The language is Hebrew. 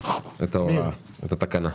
את התקנה.